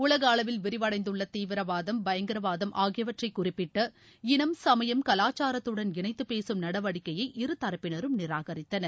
உலக அளவில் விரிவடைந்துள்ள தீவிரவாதம் பயங்கரவாதம் ஆகியவற்றை குறிப்பிட்ட இனம் சமயம் கலாச்சாரத்துடன் இணைத்து பேசும் நடவடிக்கையை இருதரப்பினரும் நிராகரித்தனர்